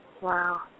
Wow